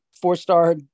four-star